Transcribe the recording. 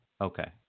okay